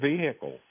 vehicle